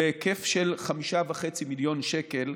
בהיקף של 5.5 מיליוני שקלים,